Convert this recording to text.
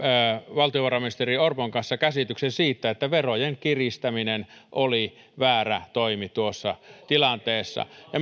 valtiovarainministeri orpon kanssa käsityksen siitä että verojen kiristäminen oli väärä toimi tuossa tilanteessa ja